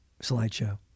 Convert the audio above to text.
slideshow